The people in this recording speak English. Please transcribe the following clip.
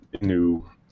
new